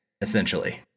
essentially